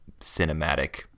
cinematic